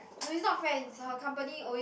no is not friends her company always